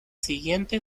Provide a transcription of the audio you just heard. siguiente